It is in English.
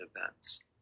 events